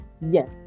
yes